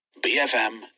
BFM